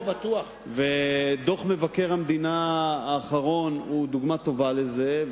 דוח מבקר המדינה האחרון הוא דוגמה טובה לזה,